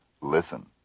listen